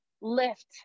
lift